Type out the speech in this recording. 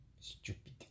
Stupid